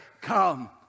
come